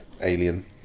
Alien